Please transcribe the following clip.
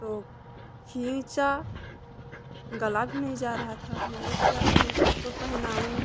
तो खींचा गला भी नहीं जा रहा था मैं अब क्या करूँ तो पहनाऊँ